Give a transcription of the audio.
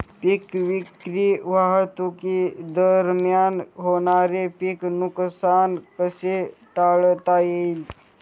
पीक विक्री वाहतुकीदरम्यान होणारे पीक नुकसान कसे टाळता येईल?